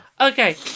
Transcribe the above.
Okay